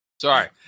sorry